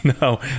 no